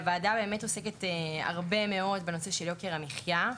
הוועדה באמת עוסקת הרבה מאוד בנושא של יוקר המחיה.